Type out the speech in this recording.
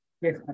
Yes